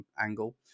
angle